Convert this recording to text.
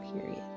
Period